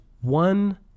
one